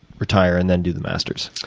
retire, and then do the master's?